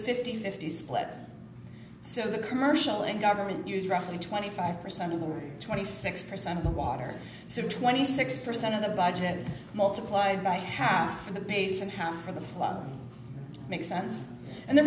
fifty fifty split so the commercial and government use roughly twenty five percent of the twenty six percent of the water so twenty six percent of the budget multiplied by half in the basin how for the five makes sense and the